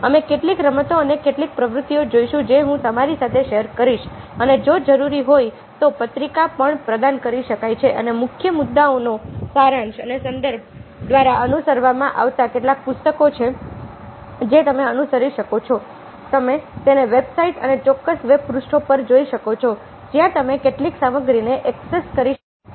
અમે કેટલીક રમતો અને કેટલીક પ્રવૃત્તિઓ જોઈશું જે હું તમારી સાથે શેર કરીશ અને જો જરૂરી હોય તો પત્રિકા પણ પ્રદાન કરી શકાય છે અને મુખ્ય મુદ્દાઓનો સારાંશ અને સંદર્ભો દ્વારા અનુસરવામાં આવતા કેટલાક પુસ્તકો કે જે તમે અનુસરી શકો છો તમે તેને વેબ સાઇટ્સ અને ચોક્કસ વેબ પૃષ્ઠો પર જોઈ શકો છો જ્યાં તમે કેટલીક સામગ્રીને ઍક્સેસ કરી શકો છો